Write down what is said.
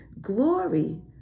glory